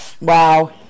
Wow